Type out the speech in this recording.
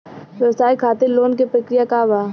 व्यवसाय खातीर लोन के प्रक्रिया का बा?